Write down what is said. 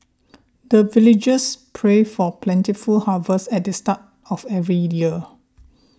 the villagers pray for plentiful harvest at the start of every year